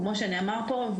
כמו שנאמר פה,